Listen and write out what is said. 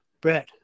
Brett